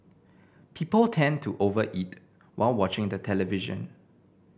people tend to overeat while watching the television